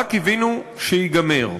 רק קיווינו שייגמר.